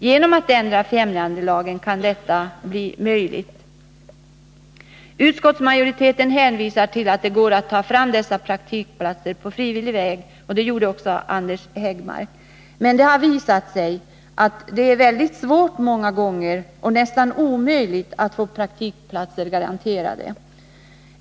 Genom att ändra främjandelagen kan detta bli möjligt. Utskottsmajoriteten hänvisar till att det går att ta fram dessa praktikplatser på frivillig väg och det gjorde också Anders Högmark, men det har visat sig att det är svårt och många gånger nästan omöjligt att få praktikplatser garanterade.